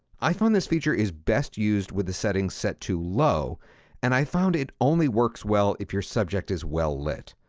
i found this feature is best used with the setting set to low and i found it only works well if your subject is well lit.